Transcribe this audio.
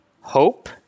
hope